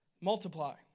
multiply